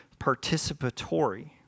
participatory